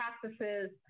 practices